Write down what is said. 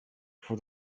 for